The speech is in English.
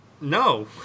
No